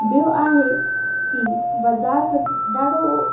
ॿियो आहे की बज़ारि वटि ॾाढो